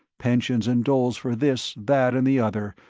pensions and doles for this, that and the other,